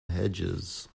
hedges